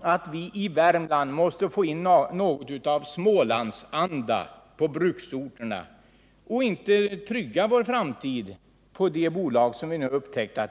att vi i Värmland måste få in något av smålandsanda på bruksorterna och inte försöka trygga vår framtid enbart på de bolag som vi nu upptäckt vacklar.